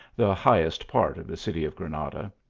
the highest part of the city of granada,